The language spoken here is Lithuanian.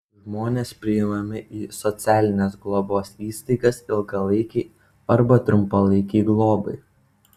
žmonės priimami į socialinės globos įstaigas ilgalaikei arba trumpalaikei globai